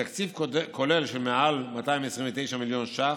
בתקציב כולל של מעל 229 מיליון ש"ח.